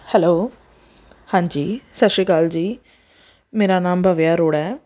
hello ਹਾਂਜੀ ਸਤਿ ਸ਼੍ਰੀ ਅਕਾਲ ਜੀ ਮੇਰਾ ਨਾਮ ਬਵਿਆ ਅਰੋੜਾ ਹੈ